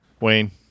Wayne